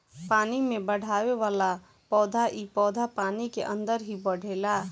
पानी में बढ़ेवाला पौधा इ पौधा पानी के अंदर ही बढ़ेला